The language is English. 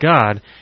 God